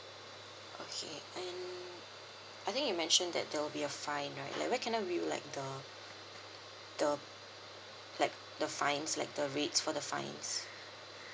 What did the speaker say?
okay and I think you mentioned that there will be a fine right like where can I view like the the like the fines like the rates for the fines